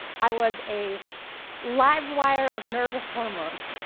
i was a live wire of nervous hormones.